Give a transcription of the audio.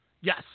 Yes